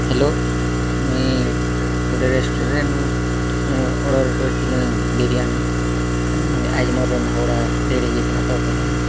hello ମୁଇଁ ଗୋଟେ ରେଷ୍ଟ୍ରୁରାଣ୍ଟ୍ନୁ ଅର୍ଡ଼ର୍ କରିଥିଲି ବିରିୟାନୀ ଆଜି ମୋର ରନ୍ଧା ବଢ଼ା ଲେଟ୍ ହେଇ ଯାଇ ଥିଲା ତ କହିଲି